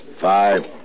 Five